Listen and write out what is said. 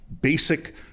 basic